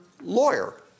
lawyer